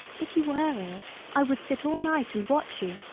if you were ill i would sit all night and watch you,